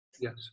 Yes